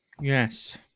Yes